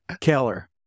Keller